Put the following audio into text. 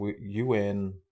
UN